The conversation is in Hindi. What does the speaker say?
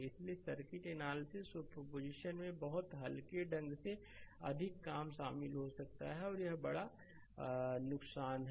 इसलिए सर्किट एनालिसिस सुपरपोजिशन में बहुत हल्के ढंग से अधिक काम शामिल हो सकता है और यह एक बड़ा नुकसान है